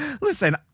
Listen